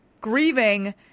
grieving